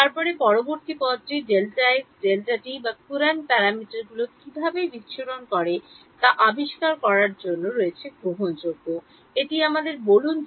তারপরে পরবর্তী পর্বটি Δx Δt বা কুরান্ট প্যারামিটারগুলি কীভাবে বিচ্ছুরণ তা আবিষ্কার করার মধ্যে রয়েছে গ্রহণযোগ্য এটি আমাদের বলুন যে